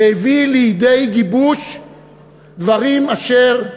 והביא לידי גיבוש דברים אשר,